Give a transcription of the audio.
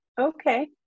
Okay